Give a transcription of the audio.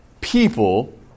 people